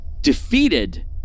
defeated